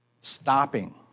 Stopping